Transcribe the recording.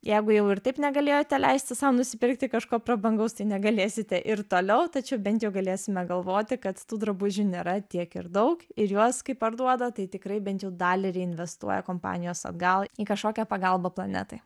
jeigu jau ir taip negalėjote leisti sau nusipirkti kažko prabangaus tai negalėsite ir toliau tačiau bent jau galėsime galvoti kad tų drabužių nėra tiek ir daug ir juos kai parduoda tai tikrai bent jau dalį reinvestuoja kompanijos atgal į kažkokią pagalbą planetai